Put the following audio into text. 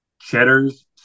Cheddar's